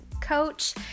coach